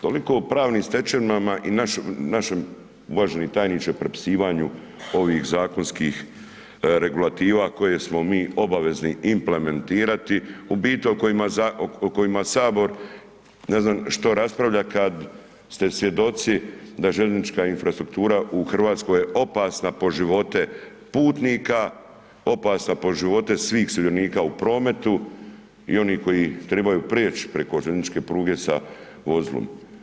Toliko o pravnim stečevinama i našem, uvaženi tajniče, prepisivanje ovih zakonskih regulativa koje smo mi obavezni implementirati, u biti, o kojima Sabor, ne znam što raspravlja, kada ste svjedoci, da željeznička infrastruktura u Hrvatskoj je opasna po živote putnika, opasna po životu svih sudionika u prometu i onih koji trebaju preći, preko željezničke pruge sa vozilom.